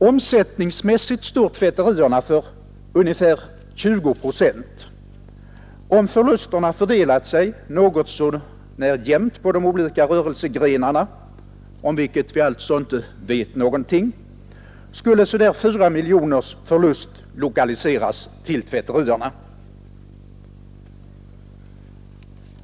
Omsättningsmässigt står tvätterierna för bortåt 20 procent. Om förlusterna fördelat sig något så när jämnt på de olika rörelsegrenarna — om vilket vi alltså inte vet någonting — skulle ungefär 4 miljoner kronors förlust lokaliseras till tvätterierna.